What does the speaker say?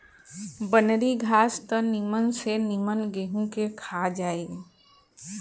बनरी घास त निमन से निमन गेंहू के खा जाई